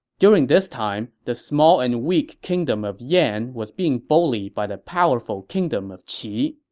during this time, the small and weak kingdom of yan was being bullied by the powerful kingdom of qi,